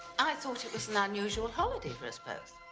i thought it was an unusual holiday for us both.